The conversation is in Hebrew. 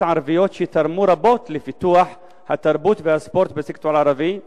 ערביות שתרמו רבות לפיתוח התרבות והספורט בסקטור הערבי?